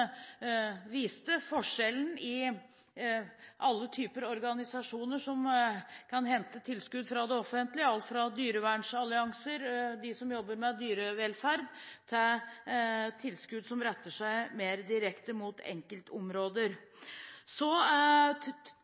viste forskjellen på alle typer organisasjoner som kan hente tilskudd fra det offentlige, alt fra dyrevernallianser, de som jobber med dyrevelferd, til tilskudd som retter seg mer direkte mot enkeltområder. Så